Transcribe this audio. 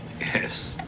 Yes